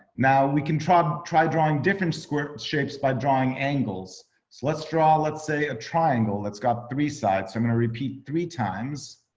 now we can try but try drawing different square shapes by drawing angles. so let's draw, let's say a triangle that's got three sides, i'm going to repeat three times.